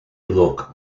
look